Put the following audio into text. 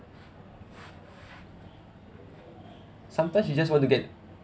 sometimes you just want to get